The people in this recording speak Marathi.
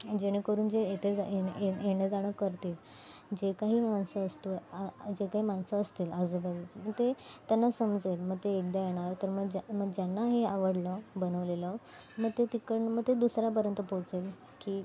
जेणेकरून जे येते जा ये ये येणं जाणं करतील जे काही माणसं असतो जे काही माणसं असतील आजूबाजूची ते त्यांना समजेल मग ते एकदा येणार तर मग ज्या मग ज्यांना हे आवडलं बनवलेलं मग ते तिकडून मग ते दुसऱ्यापर्यंत पोहोचेल की